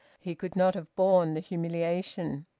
he could not have borne the humiliation.